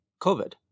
COVID